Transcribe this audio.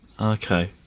Okay